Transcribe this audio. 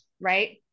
right